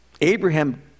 Abraham